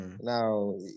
now